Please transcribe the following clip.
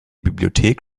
bibliothek